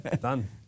Done